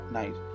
night